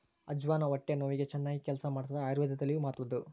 ಅಜ್ವಾನ ಹೊಟ್ಟೆ ನೋವಿಗೆ ಚನ್ನಾಗಿ ಕೆಲಸ ಮಾಡ್ತಾದ ಆಯುರ್ವೇದದಲ್ಲಿಯೂ ಮಹತ್ವದ್ದು